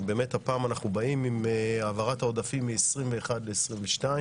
והפעם אנחנו באים עם העברת העודפים מ-2021 ל-2022.